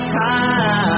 time